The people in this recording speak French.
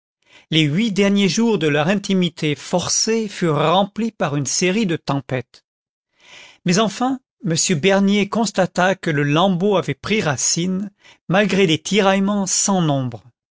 les huit derniers jours de leur intimité forcée furent remplis par une série de tempêtes mais enfin m bernier constata que le lambeau avait pris racine malgré des tiraillements sans nombre